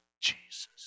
Jesus